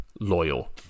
loyal